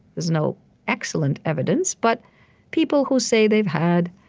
there's no excellent evidence, but people who say they've had